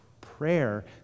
prayer